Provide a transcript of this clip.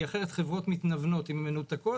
כי אחרת חברות מתנוונות אם הן מנותקות.